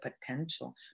potential